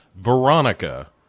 Veronica